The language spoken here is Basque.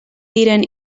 diren